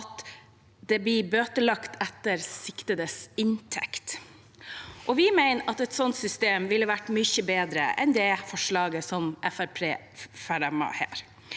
at det blir bøtelagt etter siktedes inntekt. Vi mener et sånt system ville vært mye bedre enn det forslaget som